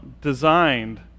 designed